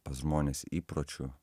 pas žmones įpročių